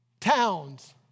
towns